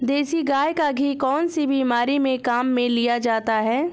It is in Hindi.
देसी गाय का घी कौनसी बीमारी में काम में लिया जाता है?